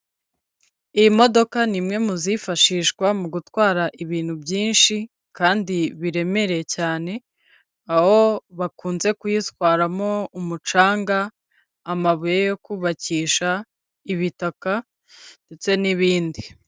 Iyi modoka ni imwe mu zifashishwa mu gutwara ibintu byinshi kandi biremereye cyane, aho bakunze kuyitwaramo umucanga, amabuye yo kubakisha, ibitaka ndetse n'ibindi.